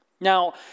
Now